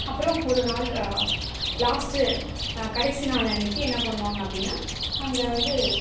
அப்புறம் ஒரு நாள் லாஸ்ட்டு கடைசி நாள் அன்னைக்கு என்ன பண்ணுவாங்க அப்படின்னா அங்கே வந்து